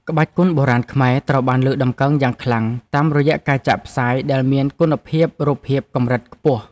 ក្បាច់គុនបុរាណខ្មែរត្រូវបានលើកតម្កើងយ៉ាងខ្លាំងតាមរយៈការចាក់ផ្សាយដែលមានគុណភាពរូបភាពកម្រិតខ្ពស់។